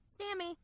Sammy